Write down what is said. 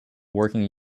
working